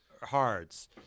Hards